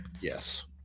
Yes